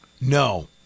no